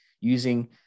using